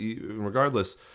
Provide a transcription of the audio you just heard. Regardless